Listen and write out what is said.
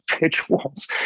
individuals